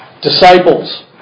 disciples